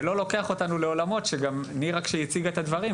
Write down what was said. ולא לוקח אותנו לעולמות שגם נירה כשהיא הציגה את הדברים,